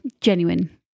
genuine